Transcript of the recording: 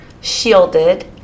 shielded